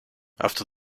after